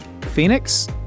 Phoenix